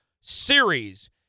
series